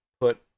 put